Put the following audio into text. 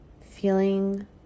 feeling